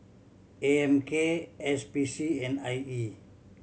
A M K S P C and I E